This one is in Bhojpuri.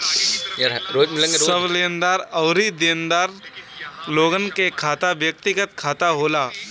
सब लेनदार अउरी देनदार लोगन के खाता व्यक्तिगत खाता होला